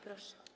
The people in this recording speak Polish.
Proszę.